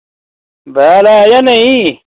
बैह्ल ऐ जां नेईं